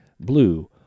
blue